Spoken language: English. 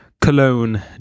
Cologne